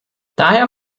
daher